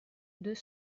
deux